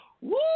Woo